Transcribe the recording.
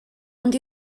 ond